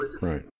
right